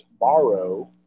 Tomorrow